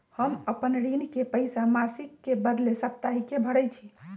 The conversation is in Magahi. हम अपन ऋण के पइसा मासिक के बदले साप्ताहिके भरई छी